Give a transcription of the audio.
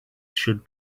should